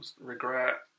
Regret